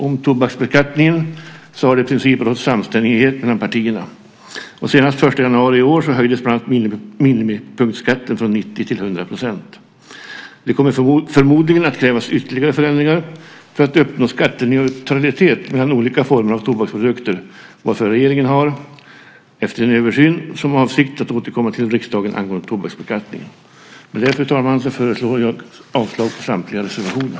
Om tobaksbeskattningen har det i princip nåtts samstämmighet inom partierna. Senast den 1 januari i år höjdes bland annat minimipunktskatter från 90 till 100 %. Det kommer förmodligen att krävas ytterligare förändringar för att uppnå skatteneutralitet mellan olika former av tobaksprodukter. Därför har regeringen efter en översyn som sin avsikt att återkomma till riksdagen angående tobaksbeskattningen. Med det, fru talman, yrkar jag avslag på samtliga reservationer.